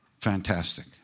Fantastic